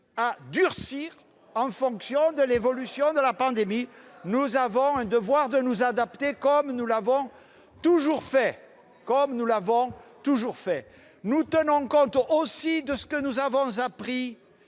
durcir, en fonction de l'évolution de la pandémie, car nous avons le devoir de nous adapter, comme nous l'avons toujours fait ! Nous tenons également compte de ce que nous avons appris